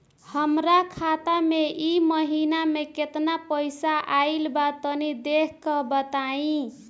हमरा खाता मे इ महीना मे केतना पईसा आइल ब तनि देखऽ क बताईं?